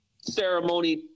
ceremony